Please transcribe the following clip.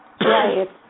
Right